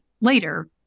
later